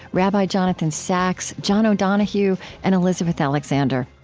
rabbi jonathan sacks, john o'donohue, and elizabeth alexander.